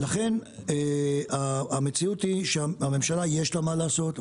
לכן, המציאות היא שהממשלה, יש לה מה לעשות.